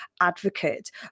advocate